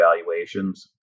valuations